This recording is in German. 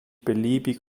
beliebig